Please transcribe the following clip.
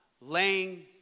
laying